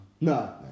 No